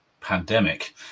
pandemic